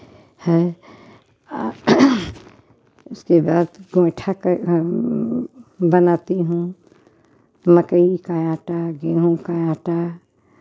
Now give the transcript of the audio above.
है आ उसके बाद पराठा बनाती हूँ मकई का आटा गेहूँ का आटा